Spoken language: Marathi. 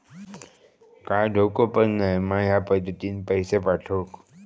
काय धोको पन नाय मा ह्या पद्धतीनं पैसे पाठउक?